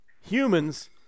humans